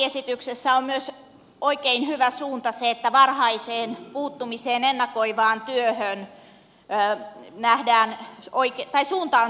lakiesityksessä on myös oikein hyvä että suunta on varhaisen puuttumisen ja ennakoivan työn suuntaan